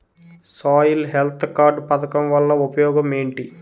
Soil health card పథకం వల్ల ఉపయోగం ఏంటి?